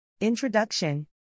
Introduction